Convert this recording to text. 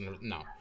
No